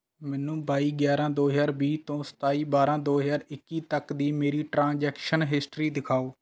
ਮੈਨੂੰ ਬਾਈ ਗਿਆਰਾਂ ਦੋ ਹਜ਼ਾਰ ਵੀਹ ਤੋਂ ਸਤਾਈ ਬਾਰਾਂ ਦੋ ਹਜ਼ਾਰ ਇੱਕੀ ਤੱਕ ਦੀ ਮੇਰੀ ਟ੍ਰਾਂਜੈਕਸ਼ਨ ਹਿਸਟਰੀ ਦਿਖਾਓ